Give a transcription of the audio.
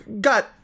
got